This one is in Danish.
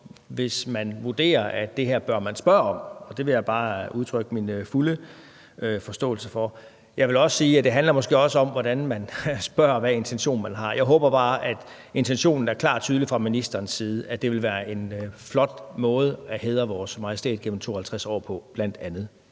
hvis man vurderer, at det her bør man spørge om, så det vil jeg bare udtrykke min fulde forståelse for. Jeg vil også sige, at det måske også handler om, hvordan man spørger, og hvilken intention man har. Jeg håber bare, at intentionen er klar og tydelig for ministeren, altså at det vil være en flot måde at hædre vores majestæt gennem 52 år på, bl.a.